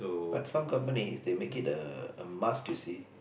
but some companies they make it a a must you see